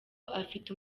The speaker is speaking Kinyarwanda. afite